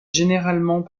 généralement